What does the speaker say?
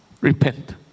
Repent